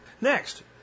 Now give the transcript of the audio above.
Next